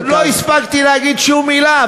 עוד לא הספקתי להגיד שום מילה,